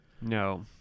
No